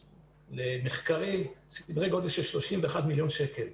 למחקרים בסדר-גודל של 31 מיליון שקל.